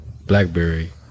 BlackBerry